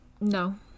No